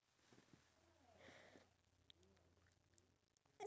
oh and then they do it for tyres also